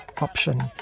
option